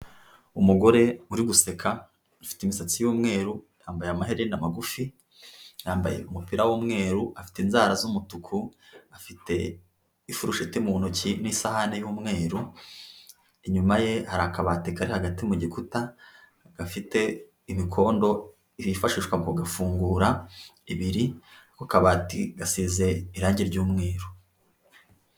Umugore uri guseka, ufite imisatsi yumweru, yambaye amaherena magufi, yambaye umupira w'umweru, afite inzara z'umutuku, afite ifurusheti mu ntoki n'isahani y'umweru, inyuma ye hari akabati kari hagati mu gikuta, gafite imikondo yifashishwa mu kugafungura ibiri, ako kabati gasize irangi ry'umweru.